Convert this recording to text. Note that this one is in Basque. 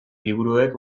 liburuek